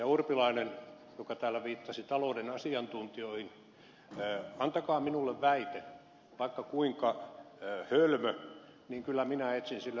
urpilainen joka täällä viittasi talouden asiantuntijoihin antakaa minulle väite vaikka kuinka hölmö niin kyllä minä etsin sille asiantuntijan joka sitä puolustaa